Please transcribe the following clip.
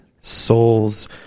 souls